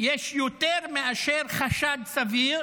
יש יותר מאשר חשד סביר